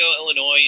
Illinois